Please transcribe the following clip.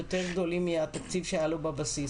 יותר גדולים מהתקציב שהיה לו בבסיס,